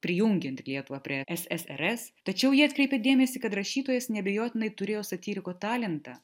prijungiant lietuvą prie ssrs tačiau ji atkreipė dėmesį kad rašytojas neabejotinai turėjo satyriko talentą